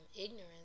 ignorance